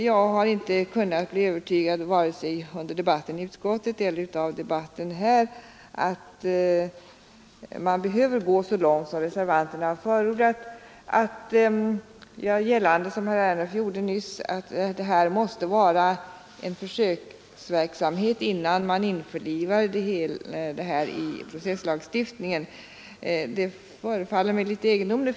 Jag har inte kunnat bli övertygad, vare sig av debatten i utskottet eller av debatten här, om att man behöver gå så långt som reservanterna förordar och göra gällande, som herr Ernulf gjorde nyss, att det måste vara en försöksverksamhet innan man införlivar bestämmelserna med processlagstiftningen. Det förefaller mig litet egendomligt.